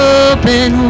open